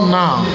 now